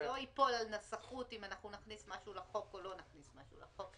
זה לא ייפול על נסחות אם נכניס משהו לחוק או לא נכניס משהו לחוק.